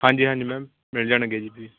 ਹਾਂਜੀ ਹਾਂਜੀ ਮੈਮ ਮਿਲ ਜਾਣਗੇ ਜੀ ਪੀਸ